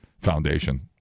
foundation